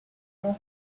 are